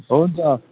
हुन्छ